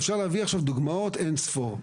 ואפשר להביא עכשיו דוגמאות אין ספור.